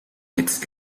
needs